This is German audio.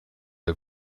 der